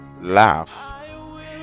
laugh